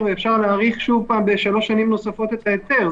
ואפשר להאריך שוב בשלוש שנים נוספות את ההיתר.